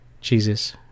Jesus